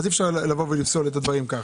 אי אפשר לפסול את הדברים כך.